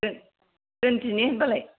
दोनदिनि होनबालाय